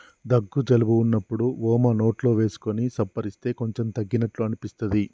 దగ్గు జలుబు వున్నప్పుడు వోమ నోట్లో వేసుకొని సప్పరిస్తే కొంచెం తగ్గినట్టు అనిపిస్తది